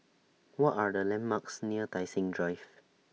What Are The landmarks near Tai Seng Drive